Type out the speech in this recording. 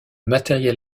matériel